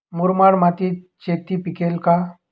मुरमाड मातीत शेती पिकेल का?